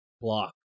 Block